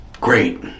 great